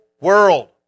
world